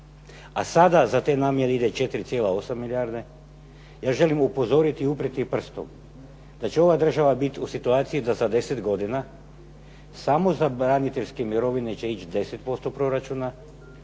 a sada za te namjene ide 4,8 milijarde, ja želim upozoriti i uprijeti prstom da će ova država biti u situaciji da za 10 godina samo za braniteljske mirovine će ići 10% proračuna,